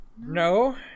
no